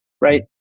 Right